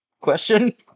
question